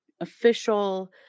official